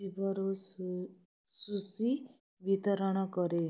ଶିବରୁ ସୁ ସୁଶି ବିତରଣ କରେ